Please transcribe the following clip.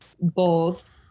bold